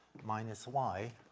minus y